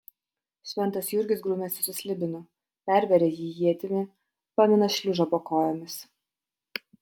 šventas jurgis grumiasi su slibinu perveria jį ietimi pamina šliužą po kojomis